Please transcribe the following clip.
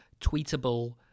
tweetable